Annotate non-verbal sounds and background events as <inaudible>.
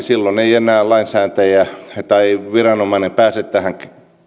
<unintelligible> silloin ei enää lainsäätäjä tai viranomainen pääse tähän